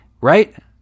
right